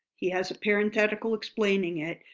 he has a parenthetical explaining it,